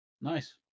Nice